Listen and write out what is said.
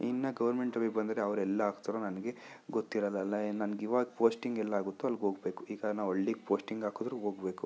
ಇನ್ನು ಗೋರ್ಮೆಂಟ್ ಬಂದರೆ ಅವ್ರು ಎಲ್ಲಿ ಹಾಕ್ತಾರೋ ನನಗೆ ಗೊತ್ತಿರೋಲಲ್ಲ ಏನು ನನ್ಗೆ ಇವಾಗ ಪೋಸ್ಟಿಂಗ್ ಎಲ್ಲಾಗುತ್ತೊ ಅಲ್ಗೆ ಹೋಗ್ಬೇಕು ಈಗ ನಾವು ಹಳ್ಳಿಗೆ ಪೋಸ್ಟಿಂಗ್ ಹಾಕಿದ್ರು ಹೋಗ್ಬೇಕು